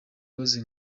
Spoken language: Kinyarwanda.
rose